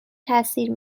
تاثیر